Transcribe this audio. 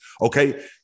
Okay